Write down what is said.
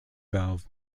valve